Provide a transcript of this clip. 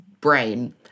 brain